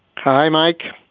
hi, mike.